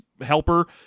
helper